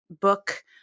book